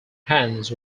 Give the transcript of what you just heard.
hands